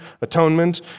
atonement